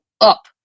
up